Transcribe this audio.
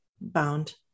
bound